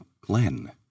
Glenn